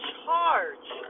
charge